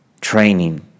training